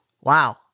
Wow